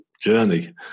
journey